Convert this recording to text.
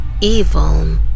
evil